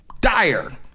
dire